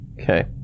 Okay